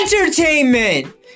Entertainment